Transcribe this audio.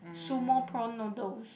sumo prawn noodle